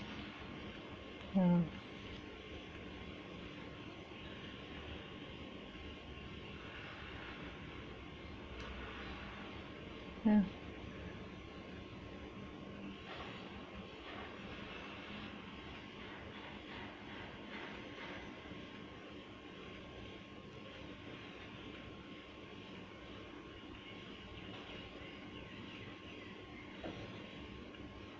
ya ya